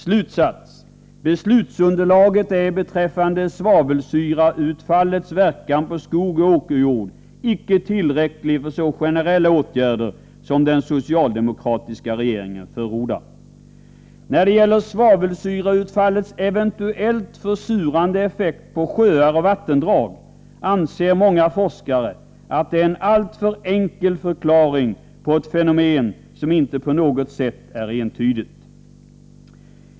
Slutsats: beslutsunderlaget är beträffande svavelsyrautfallets verkan på skog och åkerjord icke tillräckligt för så generella åtgärder som den socialdemokratiska regeringen förordar. När det gäller svavelsyrautfallets eventuellt försurande effekt på sjöar och vattendrag anser många forskare att det är en alltför enkel förklaring på ett fenomen som inte på något sätt är entydigt.